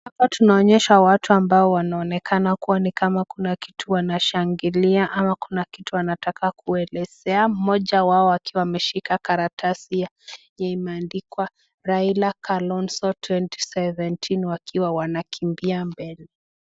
Hapa tunaonyeshwa watu ambao wanaonekana kuwa ni kama Kuna kitu wanashangilia ama Kuna kitu wanataka kuelezea. Mmoja wao akiwa ameshika karatasi imeandikwa RAiLA KALONZO 2017 wakiwa wanakimbiza mbele.